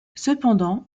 cependant